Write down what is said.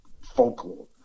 folklore